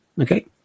okay